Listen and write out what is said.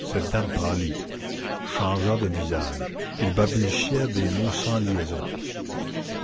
cette dame pâlit changea de visage et balbutia des mots sans liaison